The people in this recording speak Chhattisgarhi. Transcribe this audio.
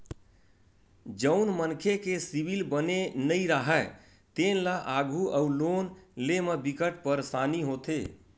जउन मनखे के सिविल बने नइ राहय तेन ल आघु अउ लोन लेय म बिकट परसानी होथे